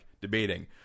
debating